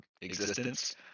existence